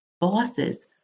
Bosses